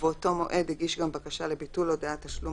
ובאותו מועד הגיש גם בקשה לביטול הודעת תשלום